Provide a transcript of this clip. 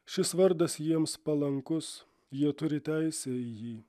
šis vardas jiems palankus jie turi teisę į jį